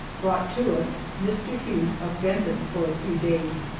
brought to us mr. hughes of benton for a few days.